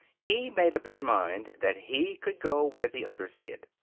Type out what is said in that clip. he made up his mind that he could go where the others did.